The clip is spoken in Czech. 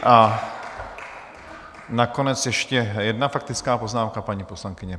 A nakonec ještě jedna faktická poznámka paní poslankyně Peštové.